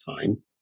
time